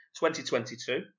2022